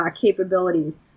capabilities